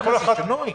זה שינוי.